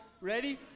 Ready